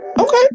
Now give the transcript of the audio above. Okay